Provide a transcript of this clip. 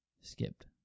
Skipped